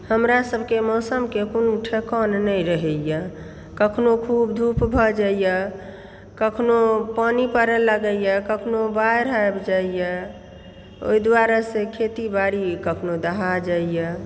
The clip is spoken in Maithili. हमरासभकेँ मौसमके कोनो ठेकान नहि रहयए कखनो खूब धूप भऽ जाइए कखनो पानी पड़य लागयए कखनो बाढ़ि आबि जाइए ओहि दुआरेसँ खेती बाड़ी कखनो दहा जाइए